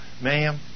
ma'am